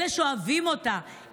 אלה שאוהבים אותה,